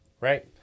right